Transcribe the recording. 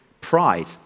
pride